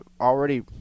Already